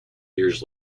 years